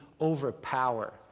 overpower